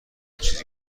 چیزی